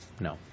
No